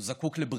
הוא זקוק לבריאות,